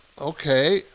okay